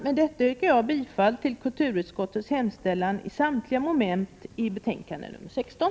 Med det anförda yrkar jag bifall till kulturutskottets hemställan i betänkande nr 16.